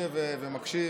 בבקשה.